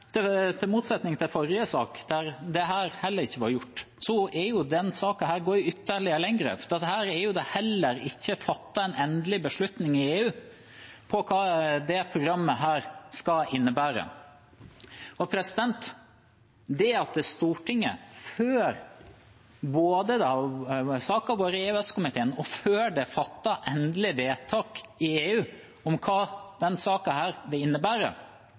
til forrige sak, der dette heller ikke var gjort, går denne saken ytterligere lenger. Det er heller ikke fattet en endelig beslutning i EU om hva dette programmet skal innebære. Det at Stortinget både før saken har vært i EØS-komiteen og før det har vært fattet endelig vedtak i EU om hva denne saken vil innebære,